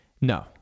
No